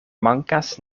mankas